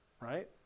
right